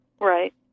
Right